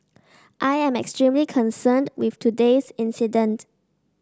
I am extremely concerned with today's incident